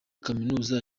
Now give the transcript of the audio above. kaminuza